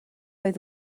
oedd